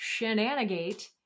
shenanigate